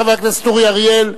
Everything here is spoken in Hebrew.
חבר הכנסת אורי אריאל,